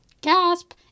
gasp